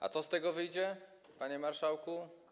A co z tego wyjdzie, panie marszałku?